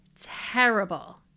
terrible